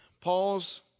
Paul's